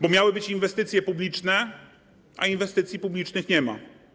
Bo miały być inwestycje publiczne, a inwestycji publicznych nie ma.